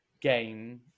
game